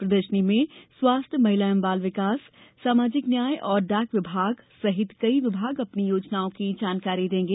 प्रदर्शनी में स्वास्थ्य महिला एवं बाल विकास सामाजिक न्याय और डाक विभाग सहित कई विभाग अपनी योजनाओं की जानकारी देंगे